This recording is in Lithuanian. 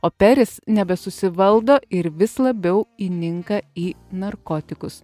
o peris nebesusivaldo ir vis labiau įninka į narkotikus